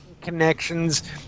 connections